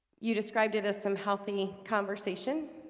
you described it as some healthy conversation